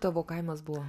tavo kaimas buvo